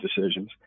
decisions